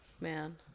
man